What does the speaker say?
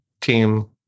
team